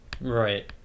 Right